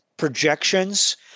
Projections